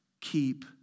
keep